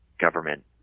government